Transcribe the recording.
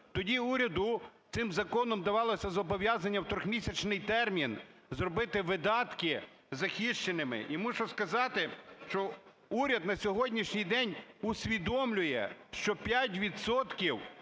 Тоді уряду цим законом давалося зобов'язання в 3-місячний термін зробити видатки захищеними. І мушу сказати, що уряд на сьогоднішній день усвідомлює, що 5